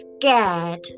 scared